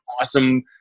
awesome